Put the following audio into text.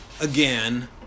again